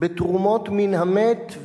בתרומות מן המת.